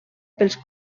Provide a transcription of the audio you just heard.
pels